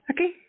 Okay